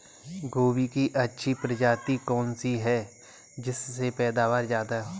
गोभी की अच्छी प्रजाति कौन सी है जिससे पैदावार ज्यादा हो?